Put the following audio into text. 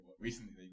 Recently